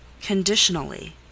Conditionally